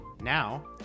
Now